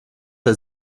der